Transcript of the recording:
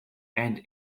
and